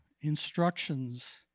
instructions